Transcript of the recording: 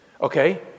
Okay